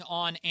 on